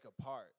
apart